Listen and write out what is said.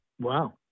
wow